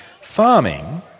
Farming